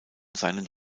seinen